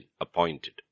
appointed